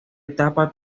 etapa